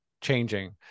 changing